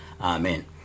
amen